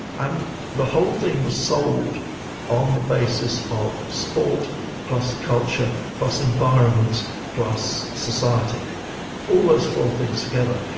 and the whole thing was sold on the basis of sport plus culture plus environment plus society all those four things together.